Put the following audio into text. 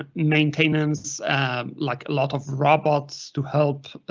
ah maintenance like a lot of robots to help